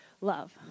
love